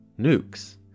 nukes